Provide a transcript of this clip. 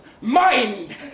mind